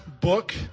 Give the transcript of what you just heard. book